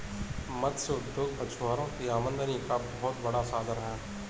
मत्स्य उद्योग मछुआरों की आमदनी का बहुत बड़ा साधन है